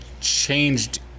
changed